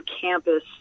campus